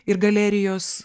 ir galerijos